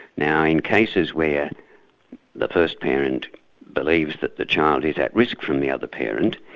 now in cases where the first parent believes that the child is at risk from the other parent,